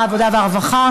שר העבודה והרווחה,